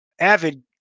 avid